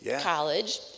College